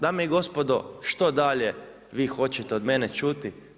Dame i gospodo što dalje vi hoćete od mene čuti?